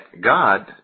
God